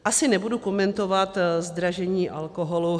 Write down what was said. Asi nebudu komentovat zdražení alkoholu.